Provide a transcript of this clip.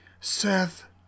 Seth